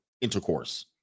intercourse